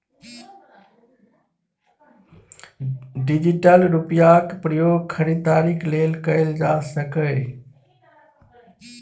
digital रुपैयाक प्रयोग खरीदारीक लेल कएल जा सकैए